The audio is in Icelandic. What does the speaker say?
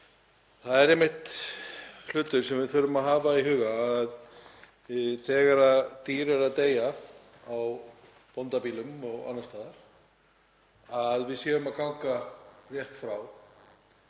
Það er einmitt hlutur sem við þurfum að hafa í huga þegar dýr eru að deyja á bóndabýlum og annars staðar að við séum að ganga rétt frá.